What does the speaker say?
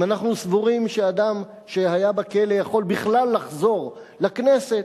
אם אנחנו סבורים שאדם שהיה בכלא יכול בכלל לחזור לכנסת,